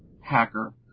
hacker